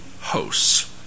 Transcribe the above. hosts